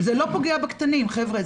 זה לא פוגע בקטנים, חבר'ה.